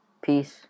Peace